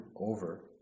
over